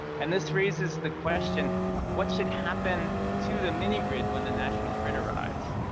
and this raises the question what should happen to the mini-grid when the national grid arrives?